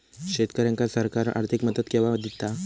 शेतकऱ्यांका सरकार आर्थिक मदत केवा दिता?